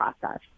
process